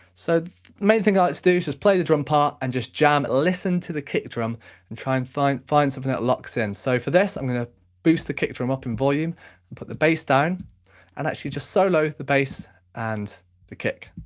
so the main thing i like to do is just play the drum part and just jam, listen to the kick drum and try and find find something that locks in, so for this i'm going to boost the kick drum up in volume and put the bass down and actually just solo the bass and the kick.